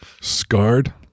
Scarred